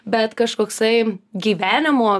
bet kažkoksai gyvenimo